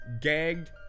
gagged